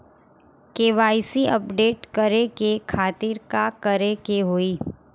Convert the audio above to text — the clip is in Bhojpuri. के.वाइ.सी अपडेट करे के खातिर का करे के होई?